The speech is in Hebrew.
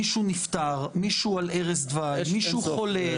מישהו נפטר, מישהו על ערש דווי, מישהו חולה.